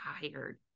tired